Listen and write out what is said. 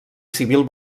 civil